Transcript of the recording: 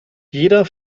jeder